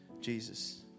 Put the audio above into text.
Jesus